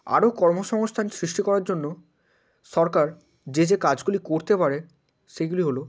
আরো কর্মসংস্থান সৃষ্টি করার জন্য সরকার যে যে কাজগুলি করতে পারে সেগুলি হলো